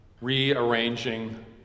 rearranging